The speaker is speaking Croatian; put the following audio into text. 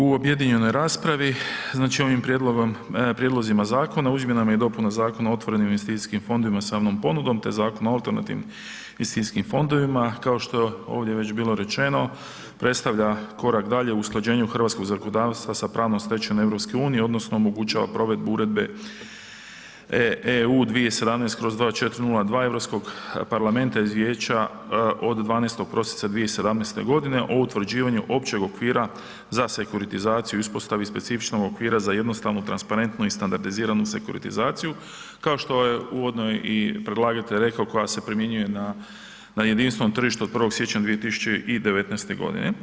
U objedinjenoj raspravi znači ovim prijedlozima zakona u izmjenama i dopunama Zakona o otvorenim investicijskim fondovima sa javnom ponudom te Zakona o alternativnim investicijskim fondovima, kao što je ovdje već bilo rečeno, predstavlja korak dalje u usklađenju hrvatskog zakonodavstva sa pravnom stečevinom EU-a odnosno omogućava provedbu Uredbe EU 2017/2402 Europskog parlamenta i Vijeća od 12. prosinca 2017. o utvrđivanju općeg okvira za sekuritizaciju i uspostavi specifičnog okvira za jednostavnu, transparentnu i standardiziranu sekuritizaciju kao što je uvodno i predlagatelj rekao, koja se primjenjuje i na jedinstveno tržište od 1. siječnja 2019. godine.